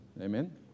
Amen